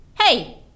Hey